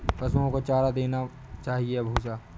पशुओं को चारा देना चाहिए या भूसा?